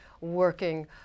working